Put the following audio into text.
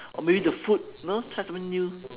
or maybe the food you know try something new